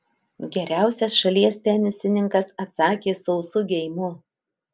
geriausias šalies tenisininkas atsakė sausu geimu